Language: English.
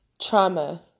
trauma